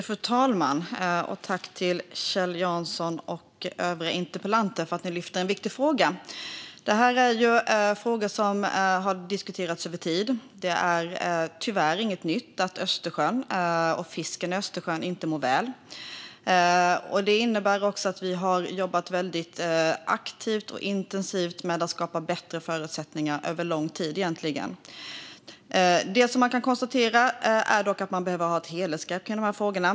Fru talman! Jag tackar Kjell Jansson och övriga talare för att ni tar upp en viktig fråga. Denna fråga har diskuterats över tid. Det är tyvärr inget nytt att Östersjön och fisken i Östersjön inte mår bra. Det innebär att vi under lång tid har jobbat aktivt och intensivt med att skapa bättre förutsättningar. Man måste ta ett helhetsgrepp om detta.